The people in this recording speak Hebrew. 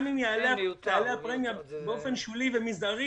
גם אם תעלה הפרמיה באופן שולי ומזערי,